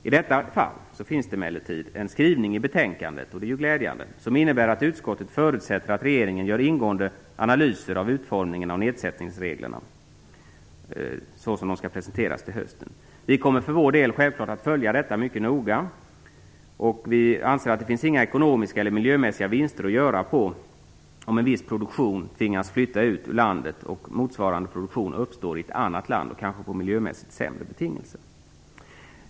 I detta fall finns det emellertid en skrivning i betänkandet - det är glädjande - som innebär att utskottet förutsätter att regeringen gör ingående analyser av utformningen av nedsättningsreglerna såsom de skall presenteras till hösten. Vi kommer självfallet för vår del att följa detta mycket noga. Vi anser att det inte finns några ekonomiska eller miljömässiga vinster att göra, om en viss produktion tvingas flytta ut ur landet och motsvarande produktion uppstår i ett annat land, kanske med miljömässigt sämre betingelser.